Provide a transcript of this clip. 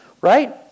Right